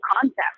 concept